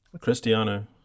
Cristiano